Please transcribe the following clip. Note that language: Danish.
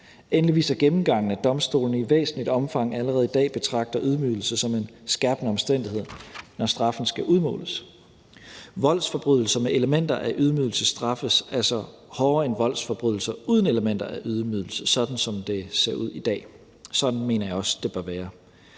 Endelig viser gennemgangen, at domstolene i væsentligt omfang allerede i dag betragter ydmygelse som en skærpende omstændighed, når straffen skal udmåles. Voldsforbrydelser med elementer af ydmygelse straffes altså hårdere end voldsforbrydelser uden elementer af ydmygelse, sådan som det ser ud i dag, og sådan mener jeg også det bør være.